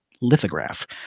lithograph